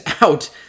out